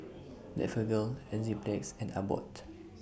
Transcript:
Blephagel Enzyplex and Abbott